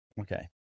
Okay